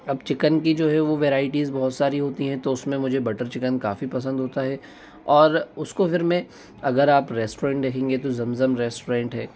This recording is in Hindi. अब चिकन की जो है वो वेरायटीज़ बहुत सारी होती हैं तो उसमें मुझे बटर चिकन काफ़ी पसंद होता है और उसको फिर मैं अगर आप रेस्टॉरेंट देखेंगे तो ज़म ज़म रेस्टॉरेंट है